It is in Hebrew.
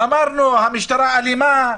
אמרנו המשטרה אלימה,